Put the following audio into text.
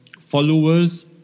followers